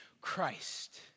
Christ